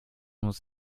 muss